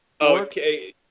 Okay